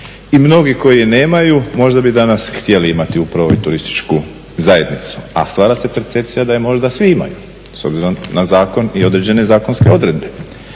i mnogi koji je nemaju, možda bi danas htjeli imati upravo i turističku zajednicu. A stvara se percepcija da je možda svi imaju s obzirom na zakon i određene zakonske odredbe.